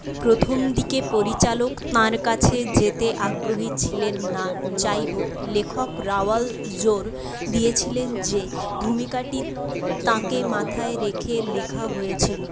প্রথমদিকে পরিচালক তাঁর কাছে যেতে আগ্রহী ছিলেন না যাইহোক লেখক রাওয়াল জোর দিয়েছিলেন যে ভূমিকাটি তাঁকে মাথায় রেখে লেখা হয়েছিল